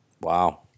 Wow